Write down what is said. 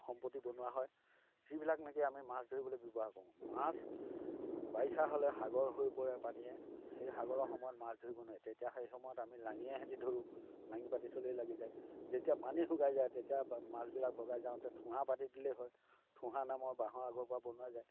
সম্পত্তি বনোৱা হয় যিবিলাক নিকি আমি মাছ ধৰিবলৈ ব্যৱহাৰ কৰোঁ মাছ বাৰিষা হ'লে সাগৰ হৈ পৰে পানীয়ে সেই সাগৰৰ সময়ত মাছ ধৰিব নোৱাৰি তেতিয়া সেই সময়ত আমি লাঙীয়েদি ধৰোঁ লাঙী পাতি থ'লেই লাগি যায় যেতিয়া পানী শুকাই যায় তেতিয়া ম মাছবিলাক বগাই যাওঁতে ঠোঁহা পাতি দিলেই হয় ঠোঁহা নামৰ বাঁহৰ আগৰ পৰা বনোৱা যায়